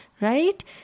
right